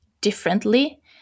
differently